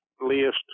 list